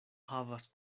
havas